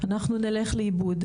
אנחנו נלך לאיבוד.